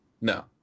No